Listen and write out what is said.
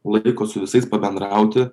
laiko su visais pabendrauti